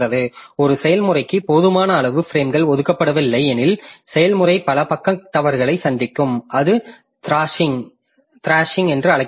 ஒரு செயல்முறைக்கு போதுமான அளவு பிரேம்கள் ஒதுக்கப்படவில்லை எனில் செயல்முறை பல பக்க தவறுகளை சந்திக்கும் அது த்ராஷிங் என்று அழைக்கப்படுகிறது